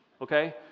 okay